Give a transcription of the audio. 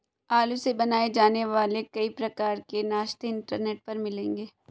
आलू से बनाए जाने वाले कई प्रकार के नाश्ते इंटरनेट पर मिलेंगे